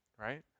Right